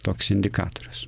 toks indikatorius